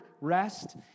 rest